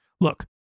Look